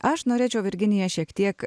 aš norėčiau virginija šiek tiek